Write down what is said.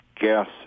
gas